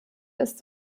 ist